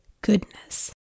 goodness